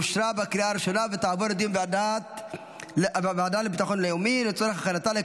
לוועדה לביטחון לאומי נתקבלה.